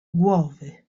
głowy